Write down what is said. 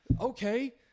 Okay